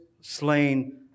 slain